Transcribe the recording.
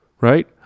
right